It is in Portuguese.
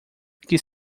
que